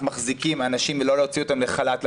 מחזיקים אנשים כדי לא להוציא אותם לחל"ת,